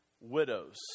Widows